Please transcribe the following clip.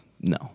No